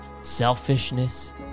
selfishness